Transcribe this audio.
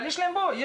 אבל יש להם עבודה,